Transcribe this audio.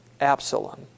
Absalom